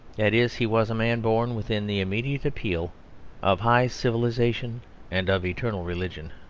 that is, he was a man born within the immediate appeal of high civilisation and of eternal religion.